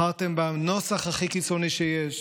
בחרתם בנוסח הכי קיצוני שיש,